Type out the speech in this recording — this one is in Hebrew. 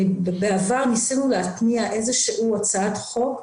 בעבר ניסינו להתניע איזושהי הצעת חוק,